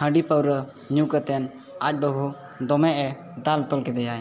ᱦᱟᱺᱰᱤ ᱯᱟᱹᱣᱨᱟᱹ ᱧᱩ ᱠᱟᱛᱮᱫ ᱟᱡᱽ ᱵᱟᱹᱦᱩ ᱫᱚᱢᱮ ᱫᱟᱞ ᱛᱚᱞ ᱠᱮᱫᱮᱭᱟ